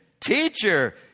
Teacher